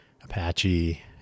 Apache